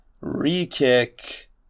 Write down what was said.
Re-kick